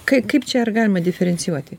kai kaip čia ar galima diferencijuoti